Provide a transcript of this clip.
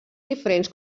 diferents